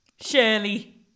Shirley